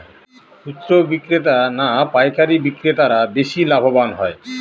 খুচরো বিক্রেতা না পাইকারী বিক্রেতারা বেশি লাভবান হয়?